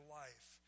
life